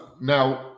now